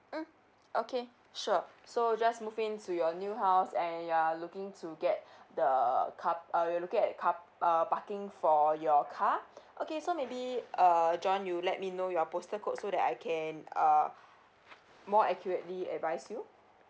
mm okay sure so just move in to your new house and you're looking to get the car~ uh you're looking at car~ uh parking for your car okay so maybe err john you let me know your postal code so that I can uh more accurately advise you